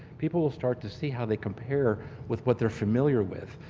people will start to see how they compare with what they're familiar with,